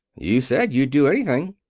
you said you'd do anything.